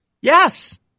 Yes